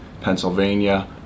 Pennsylvania